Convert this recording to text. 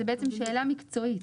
זו בעצם שאלה מקצועית.